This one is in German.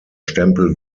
stempel